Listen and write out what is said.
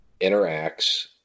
interacts